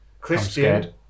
Christian